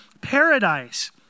paradise